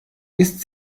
ist